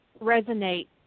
resonate